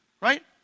Right